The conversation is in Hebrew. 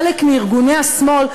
חלק מארגוני השמאל,